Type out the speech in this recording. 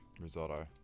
Risotto